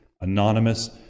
Anonymous